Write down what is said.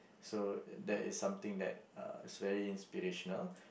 so that is something that uh it's very inspirational